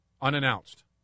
unannounced